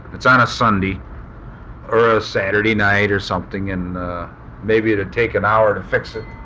it's on a sunday or a saturday night or something, and maybe it'd take an hour to fix it.